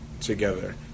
together